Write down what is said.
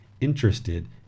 interested